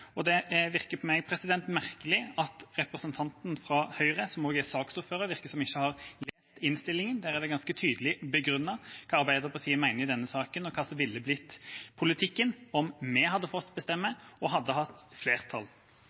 Det er for meg merkelig at det virker som om representanten fra Høyre, som også er saksordfører, ikke har lest innstillinga. Der er det ganske tydelig begrunnet hva Arbeiderpartiet mener i denne saken, og hva som ville blitt politikken om vi hadde fått bestemme og hadde hatt flertall.